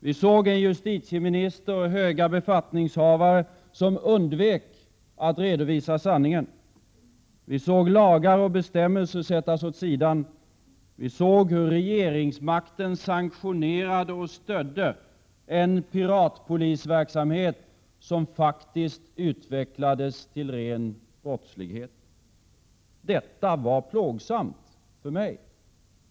Vi såg en justitieminister och andra höga befattningshavare som undvek att redovisa sanningen. Vi såg lagar och bestämmelser sättas åt sidan. Vi såg hur regeringsmakten sanktionerade och stödde en piratpolisverksamhet, som utvecklades till ren brottslighet. Detta var plågsamt för mig.